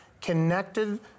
connected